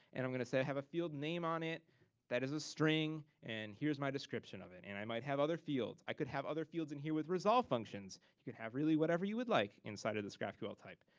and i'm gonna say i have a field name on it that is a string, and here's my description of it. and i might have other fields. i could have other fields in here with resolve functions. you could have really whatever you would like inside of this graphql type.